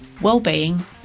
well-being